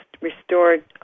restored